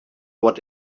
what